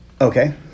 okay